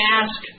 ask